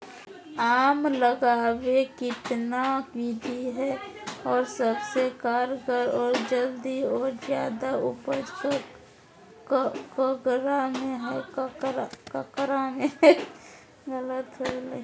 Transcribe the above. आम लगावे कितना विधि है, और सबसे कारगर और जल्दी और ज्यादा उपज ककरा में है?